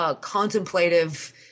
contemplative